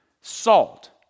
salt